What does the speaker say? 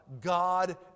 God